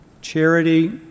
Charity